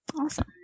Awesome